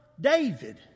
David